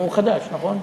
הוא חדש, נכון?